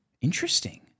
Interesting